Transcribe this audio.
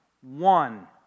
one